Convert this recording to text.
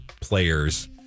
players